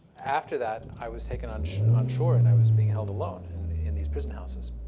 after that, i was taken on onshore and i was being held alone and in these prison houses.